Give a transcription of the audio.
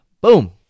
Boom